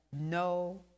no